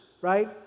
Right